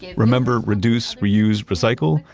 yeah remember reduce, reuse, recycle?